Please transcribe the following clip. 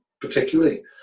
particularly